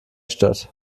statt